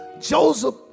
Joseph